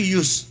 use